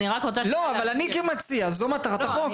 אני כמציע, זו מטרת החוק.